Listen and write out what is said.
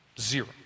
Zero